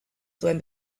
zuen